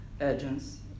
agents